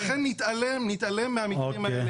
ולכן להתעלם מהמקרים האלה,